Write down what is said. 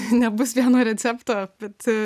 nebus vieno recepto bet